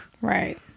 Right